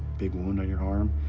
big wound on your arm,